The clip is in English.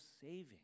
saving